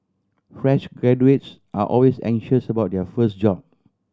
fresh graduates are always anxious about their first job